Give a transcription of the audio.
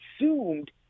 assumed